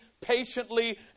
patiently